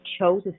chose